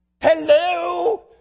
Hello